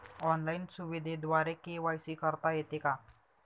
Online सुविधेद्वारे KYC करता येते का?